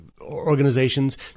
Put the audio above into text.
organizations